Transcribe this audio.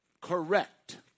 correct